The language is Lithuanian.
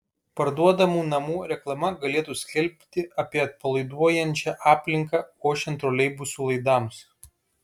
parduodamų namų reklama galėtų skelbti apie atpalaiduojančią aplinką ošiant troleibusų laidams